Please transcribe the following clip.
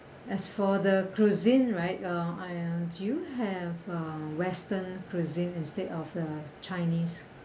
as for the cuisine right uh I uh do you have um western cuisine instead of the chinese